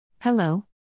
Hello